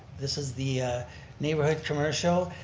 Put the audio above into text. this is the neighborhood commercial.